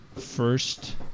first